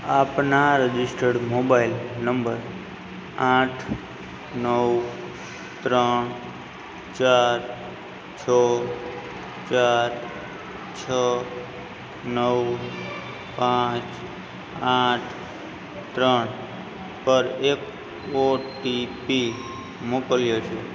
આપના registered mobile number આઠ નવ ત્રણ ચાર છ ચાર છ નવ પાંચ આઠ ત્રણ પર એક ઓ ટી પી મોકલ્યો છે